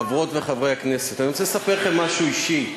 חברות וחברי הכנסת, אני רוצה לספר לכם משהו אישי.